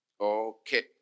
Okay